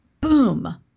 boom